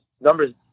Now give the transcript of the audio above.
numbers